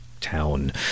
town